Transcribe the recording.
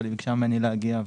אבל היא ביקשה ממני להגיע.